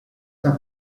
las